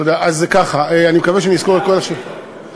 אני מקווה שאני אזכור את כל השאלות.